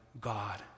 God